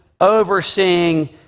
overseeing